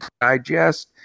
digest